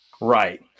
Right